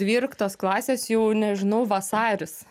dvyliktos klasės jau nežinau vasaris